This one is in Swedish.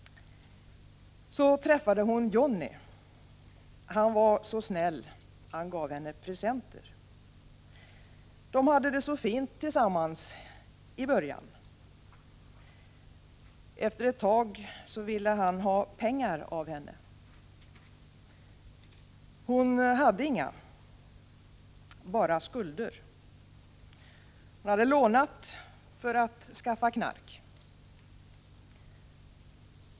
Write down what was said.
Så träffade hon Jonny. Han var så snäll, gav henne presenter. De hade det så fint tillsammans i början. Efter ett tag ville han ha pengar av henne. Hon hade inga. Bara skulder. Hade lånat för att skaffa knark.